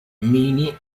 mini